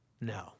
No